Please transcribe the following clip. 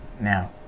Now